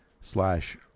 slash